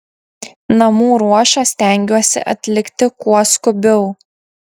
namų ruošą stengiuosi atlikti kuo skubiau